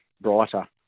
brighter